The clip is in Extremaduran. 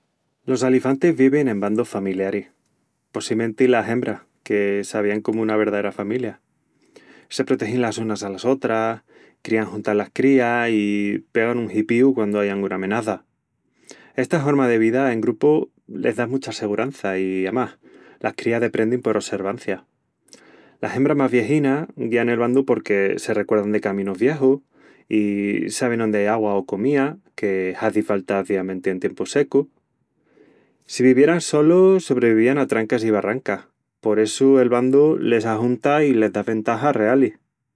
Los alifantis vivin en bandus familiaris, possimenti las hembras, que "s'avian" comu una verdaera familia. "Se protegin" las unas alas otras, crían juntas las crías i pegan un hipíu quandu ai anguna amenaza. Esta horma de vida en grupu les da mucha segurança i, amás, las crías deprendin por osservancia. Las hembras más viejinas guían el bandu porque se recuerdan de caminus viejus i sabin ondi ai agua o comía, que hazi falta aziamenti en tiempus secus. Si vivieran solus, sobrevivían a trancas i barrancas. Por essu, el bandu les ajunta i les da ventajas realis.